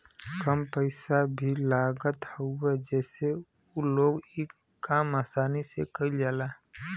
कम पइसा भी लागत हवे जसे उ लोग इ काम आसानी से कईल जाला